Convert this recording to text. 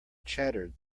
chattered